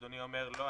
אדוני אומר: "לא,